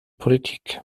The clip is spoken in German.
politik